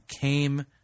came